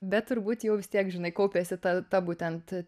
bet turbūt jau vis tiek žinai kaupiasi ta ta būtent